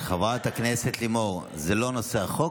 חברת הכנסת לימור, זה לא נושא החוק.